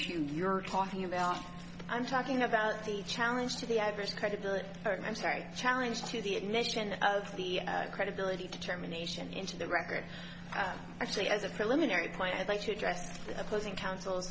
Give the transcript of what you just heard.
issues you're talking about i'm talking about the challenge to the average credibility and i'm sorry challenge to the admission of the credibility determination into the record actually as a preliminary point i'd like to address the opposing counsel